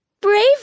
brave